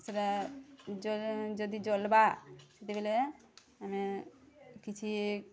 ସେଟା ଯଦି ଜଲ୍ବା ସେତେବେଲେ ଆମେ କିଛି